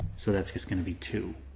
so that's just gonna be two.